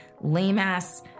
lame-ass